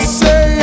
say